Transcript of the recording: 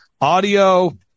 audio